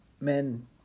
men